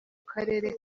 karere